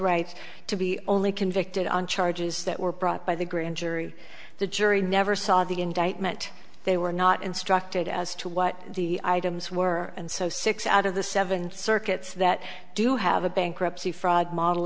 right to be only convicted on charges that were brought by the grand jury the jury never saw the indictment they were not instructed as to what the items were and so six out of the seven circuits that do have a bankruptcy fraud model